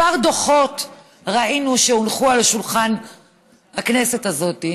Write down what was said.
ראינו כמה דוחות שהונחו על שולחן הכנסת הזאת,